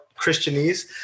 Christianese